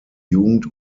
jugend